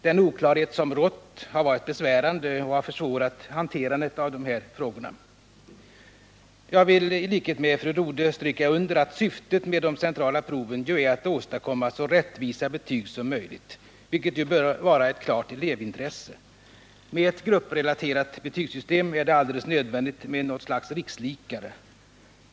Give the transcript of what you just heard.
Den oklarhet som rått har varit besvärande och har försvårat hanterandet av de här frågorna. Jag vill i likhet med fru Rodhe stryka under, att syftet med de centrala proven är att åstadkomma så rättvisa betyg som möjligt, vilket bör vara ett klart elevintresse. Med ett grupprelaterat betygssystem är det alldeles nödvändigt med något slags rikslikare.